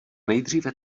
nejdříve